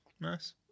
Nice